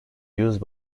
used